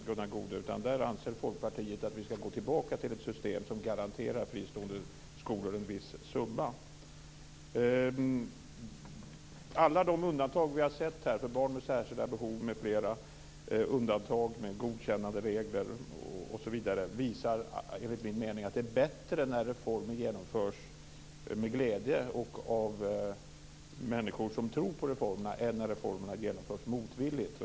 Folkpartiet anser att vi skall gå tillbaka till ett system som garanterar fristående skolor en viss summa. Alla de undantag vi har sett här, för barn med särskilda behov m.fl., med godkännanderegler osv. visar, enligt min mening, att det är bättre när reformer genomförs med glädje och av människor som tror på reformerna, än att reformerna genomförs motvilligt.